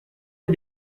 les